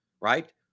right